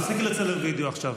תפסיקי לצלם וידיאו עכשיו.